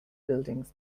buildings